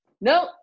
no